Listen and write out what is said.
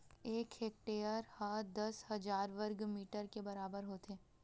एक हेक्टेअर हा दस हजार वर्ग मीटर के बराबर होथे